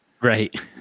Right